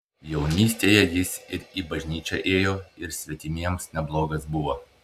jaunystėje jis ir į bažnyčią ėjo ir svetimiems neblogas buvo